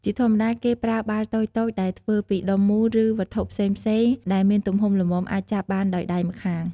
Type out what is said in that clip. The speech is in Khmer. ជាធម្មតាគេប្រើបាល់តូចៗដែលធ្វើពីដុំមូលឬវត្ថុផ្សេងៗដែលមានទំហំល្មមអាចចាប់បានដោយដៃម្ខាង។